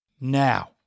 Now